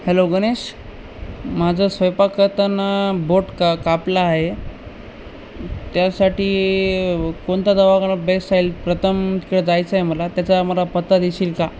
hello Ganesh माझा स्वैयंपाक करताना बोट का कापला आहे त्यासाठी कोणता दवाखाना बेस्ट राहील प्रथम तिकडं जायचं आहे मला त्याचा मला पत्ता देशील का